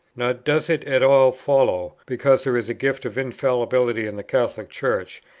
nor does it at all follow, because there is a gift of infallibility in the catholic church,